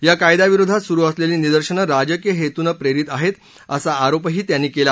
या कायद्याविरोधात सुरु असलेली निदर्शनं राजकीय हेतूनं प्रेरित आहेत असा आरोपही त्यांनी केला